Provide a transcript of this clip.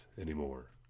anymore